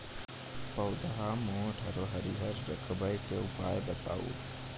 पौधा मोट आर हरियर रखबाक उपाय बताऊ?